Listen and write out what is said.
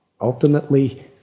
ultimately